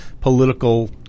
political